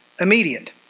immediate